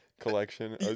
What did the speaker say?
collection